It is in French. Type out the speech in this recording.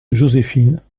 joséphine